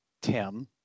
Tim